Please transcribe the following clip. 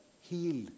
healed